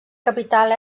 capital